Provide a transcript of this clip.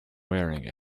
wearing